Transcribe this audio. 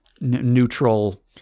neutral